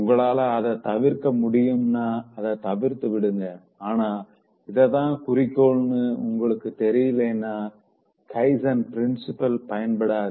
உங்களால அத தவிர்க்க முடியும்னாஅத தவிர்த்திடுங்க ஆனா இதுதா குறிக்கோள்னு உங்களுக்கு தெரியலனா கைசன் பிரின்ஸ்பல் பயன்படாது